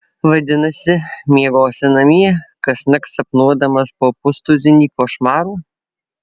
vadinasi miegosi namie kasnakt sapnuodamas po pustuzinį košmarų